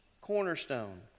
cornerstone